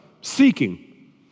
Seeking